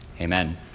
Amen